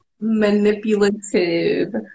manipulative